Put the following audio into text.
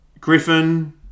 Griffin